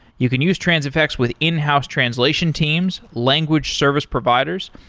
you can use transifex with in-house translation teams, language service providers.